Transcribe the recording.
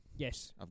Yes